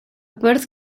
bwrdd